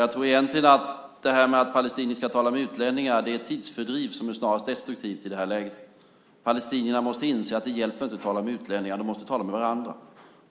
Jag tror egentligen att det här med att palestinier ska tala med utlänningar är tidsfördriv som snarast är destruktivt i det här läget. Palestinierna måste inse att det inte hjälper att tala med utlänningar; de måste tala med varandra.